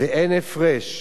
ואין הפרש